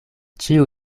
ĉiu